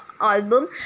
album